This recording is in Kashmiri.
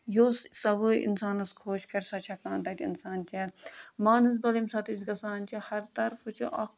یُس سَوٲرۍ اِنسانَس خوش کَرِ سۄ چھِ ہٮ۪کان تَتہِ اِنسان چٮ۪تھ مانَسبَل ییٚمہِ ساتہٕ أسۍ گژھان چھِ ہر طرفہٕ چھِ اکھ